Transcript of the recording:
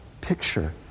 picture